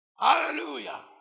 Hallelujah